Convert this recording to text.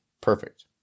Perfect